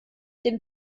dem